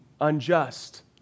unjust